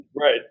Right